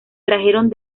trajeron